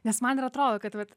nes man ir atrodo kad vat